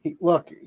Look